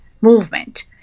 movement